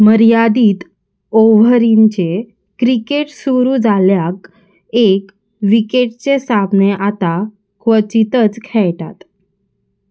मर्यादीत ओव्हरींचे क्रिकेट सुरू जाल्ल्याक एक विकेटिचें सामने आतां क्वचीतच खेळटात